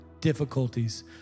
difficulties